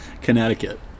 Connecticut